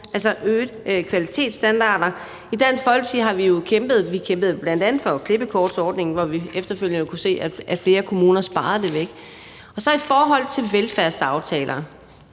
altså øgede kvalitetsstandarder. I Dansk Folkeparti kæmpede vi jo bl.a. for klippekortordningen, hvor vi efterfølgende har kunnet se, at flere kommuner har sparet det væk. I forhold til velfærdsaftalerne